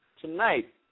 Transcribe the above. Tonight